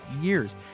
years